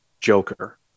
Joker